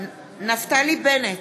נפתלי בנט,